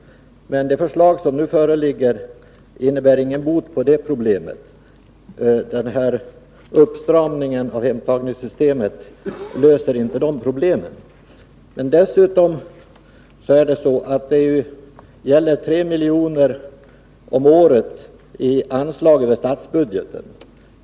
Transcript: Det förslag som nu föreligger innebär ingen bot för det. Uppstramningen av hemtagningssystemet löser inte det problemet. Det gäller här 3 milj.kr. om året i anslag över statsbudgeten.